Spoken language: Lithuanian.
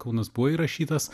kaunas buvo įrašytas